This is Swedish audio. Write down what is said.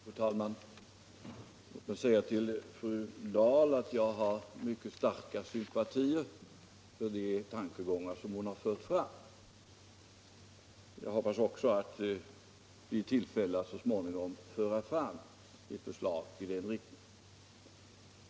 Fru talman! Låt mig säga till fru Dahl att jag har mycket starka sympatier för de tankegångar som hon har fört fram. Jag hoppas också att jag så småningom skall bli i tillfälle att föra fram ett förslag i den riktningen.